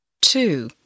two